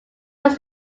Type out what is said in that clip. was